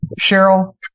Cheryl